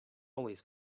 always